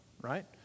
right